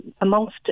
amongst